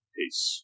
Peace